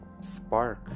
spark